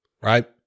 right